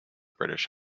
british